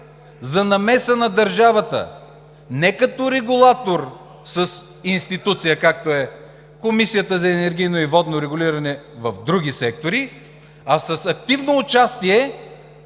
за намеса на държавата не като регулатор с институция, както е Комисията за енергийно и водно регулиране в други сектори, а с активно участие